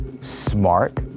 smart